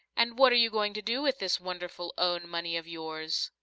and what are you going to do with this wonderful own money of yours?